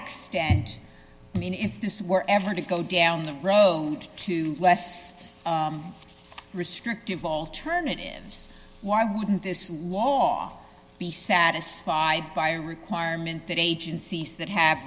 extent i mean if this were ever to go down the road to less restrictive alternatives why wouldn't this war satisfied by requirement that agencies that have